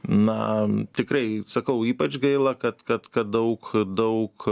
na tikrai sakau ypač gaila kad kad kad daug daug